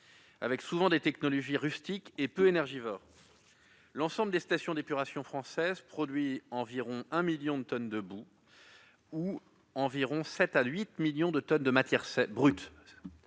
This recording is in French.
dotées souvent de technologies rustiques et peu énergivores. L'ensemble des stations d'épuration françaises produit environ 1 million de tonnes de boues, soit à peu près 7 à 8 millions de tonnes de matières brutes.